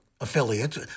Affiliates